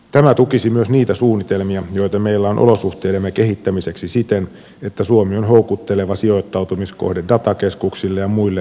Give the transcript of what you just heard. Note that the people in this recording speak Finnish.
tämä tukisi myös niitä suunnitelmia joita meillä on olosuhteidemme kehittämiseksi siten että suomi on houkutteleva sijoittautumiskohde datakeskuksille ja muille data ja tietoliikennepalveluiden tarjoajille